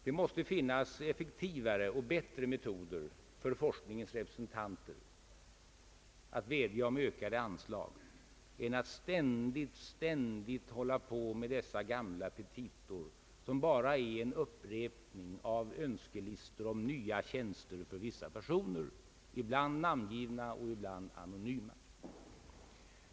Det måste finnas effektivare och bättre metoder för forskningens representanter att vädja om ökade anslag än att ständigt, ständigt hålla på med dessa gamla petita, som bara är en upprepning av önskelistor om nya tjänster för vissa personer, ibland namngivna och ibland anonyma.